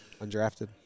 undrafted